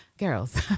Girls